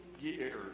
years